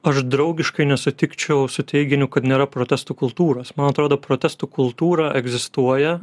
aš draugiškai nesutikčiau su teiginiu kad nėra protestų kultūros man atrodo protestų kultūra egzistuoja